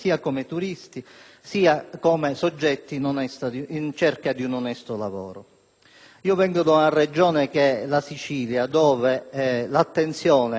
Provengo da una Regione, la Sicilia, dove l'attenzione a uno di questi temi che stiamo affrontando, quello dell'immigrazione, è molto forte.